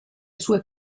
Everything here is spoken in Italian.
sue